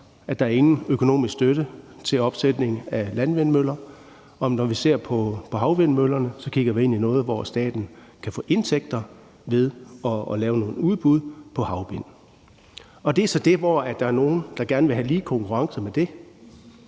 at der ikke er nogen økonomisk støtte til opsætning af landvindmøller, og når vi ser på havvindmøllerne, kigger vi ind i noget, hvor staten kan få indtægter ved at lave nogle udbud på havvind. Det er så det, og det er så dér, hvor der er nogle, der gerne vil have lige konkurrence med det.